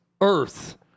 Earth